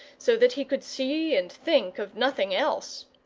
so that he could see and think of nothing else.